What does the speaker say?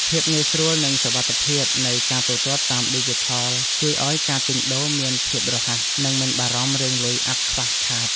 ភាពងាយស្រួលនិងសុវត្ថិភាពនៃការទូទាត់តាមឌីជីថលជួយឱ្យការទិញដូរមានភាពរហ័សនិងមិនបារម្ភរឿងលុយអាប់ខ្វះខាត។